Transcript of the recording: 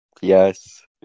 yes